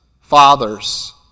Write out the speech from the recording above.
fathers